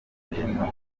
leta